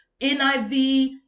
NIV